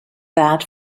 bad